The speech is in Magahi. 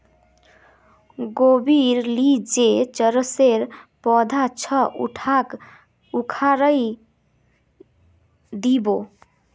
गोबीर ली जे चरसेर पौधा छ उटाक उखाड़इ दी बो